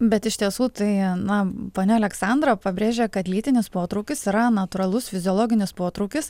bet iš tiesų tai na ponia aleksandra pabrėžė kad lytinis potraukis yra natūralus fiziologinis potraukis